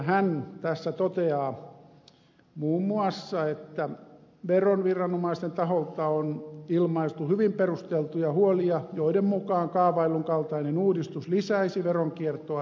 hän tässä toteaa muun muassa että veroviranomaisten taholta on ilmaistu hyvin perusteltuja huolia joiden mukaan kaavaillun kaltainen uudistus lisäisi veronkiertoa ja rahanpesua